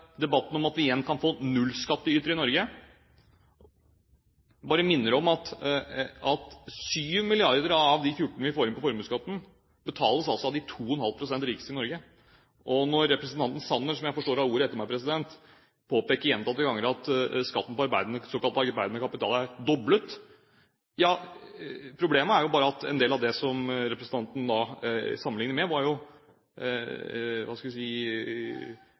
debatten om at vi igjen kan få nullskattytere i Norge. Jeg bare minner om at 7 mrd. av de 14 mrd. kr vi får inn på formuesskatten betales altså av de 2,5 pst. rikeste i Norge. Når representanten Sanner, som jeg forstår har ordet etter meg, påpeker gjentatte ganger at skatten på såkalt arbeidende kapital er doblet, så er problemet bare at en del av det som representanten sammenlignet med, var jo – hva skal vi si